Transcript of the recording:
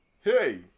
Hey